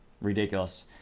ridiculous